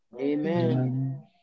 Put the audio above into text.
Amen